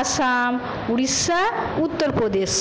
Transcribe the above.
Assam Orissa Uttar Pradesh